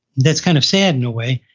that's kind of sad in a way.